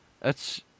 That's-